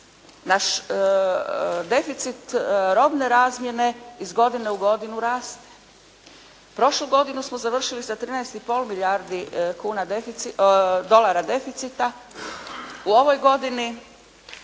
Naš deficit robne razmjene iz godine u godinu raste. Prošle godine smo završili sa 13 i pol milijardi kuna, dolara deficita. U ovoj godini